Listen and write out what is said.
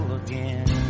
again